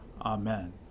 Amen